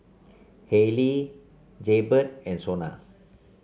Haylee Jaybird and Sona